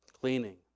cleaning